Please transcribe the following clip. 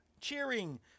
Cheering